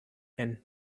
and